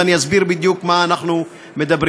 ואני אסביר בדיוק על מה אנחנו מדברים.